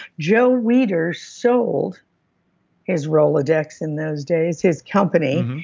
joe weider sold his rolodex in those days, his company.